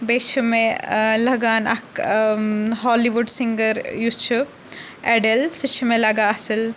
بیٚیہِ چھُ مےٚ لَگان اَکھ ہالی وُڈ سِنٛگَر یُس چھُ ایٚڈٮ۪ل سُہ چھُ مےٚ لَگان اَصٕل